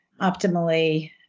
optimally